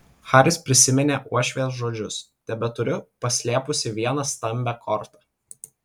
haris prisiminė uošvės žodžius tebeturiu paslėpusi vieną stambią kortą